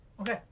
Okay